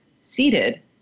seated